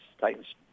Titans